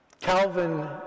Calvin